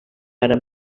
per